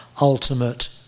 ultimate